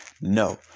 No